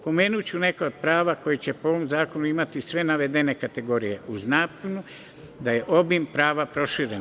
Pomenuću i neka od prava koje će po ovom zakonu imati sve navedene kategorije, uz napomenu da je obim prava proširen.